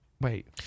Wait